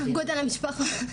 גודל המשפחה.